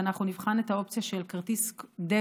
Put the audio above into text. ואנחנו נבחן את האופציה של כרטיס דביט,